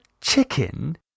chicken